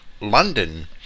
London